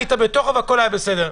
היית בתוכה והכול היה בסדר.